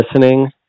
listening